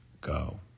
go